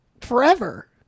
Forever